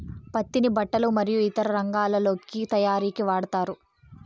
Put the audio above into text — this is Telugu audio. పత్తిని బట్టలు మరియు ఇతర రంగాలలో తయారీకి వాడతారు